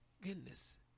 Goodness